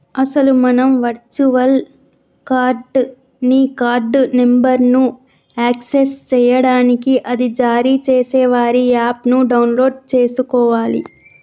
అసలు మనం virtual card ని కార్డు నెంబర్ను యాక్సెస్ చేయడానికి అది జారీ చేసే వారి యాప్ ను డౌన్లోడ్ చేసుకోవాలి